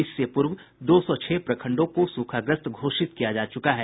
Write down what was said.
इससे पूर्व दो सौ छह प्रखंडों को सूखाग्रस्त घोषित किया जा चुका है